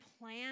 plan